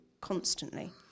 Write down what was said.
constantly